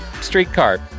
streetcar